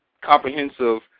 comprehensive